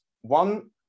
One